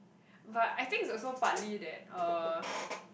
but I think it's also partly that uh